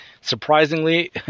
Surprisingly